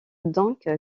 donc